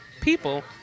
people